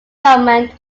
government